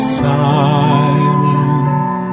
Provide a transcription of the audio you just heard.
silent